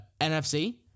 NFC